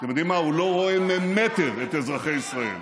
אתם יודעים מה, הוא לא רואה ממטר את אזרחי ישראל.